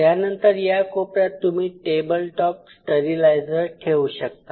त्यानंतर या कोपऱ्यात तुम्ही टेबल टॉप स्टरीलायझर ठेऊ शकता